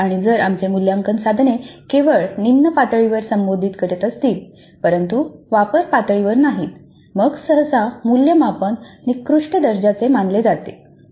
असेल आणि जर आमचे मूल्यमापन साधने केवळ निम्न पातळीवर संबोधित करीत असतील परंतु वापर पातळीवर नाहीत मग सहसा मूल्यमापन निकृष्ट दर्जाचे मानले जाते